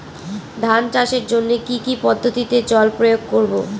ধান চাষের জন্যে কি কী পদ্ধতিতে জল প্রয়োগ করব?